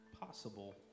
possible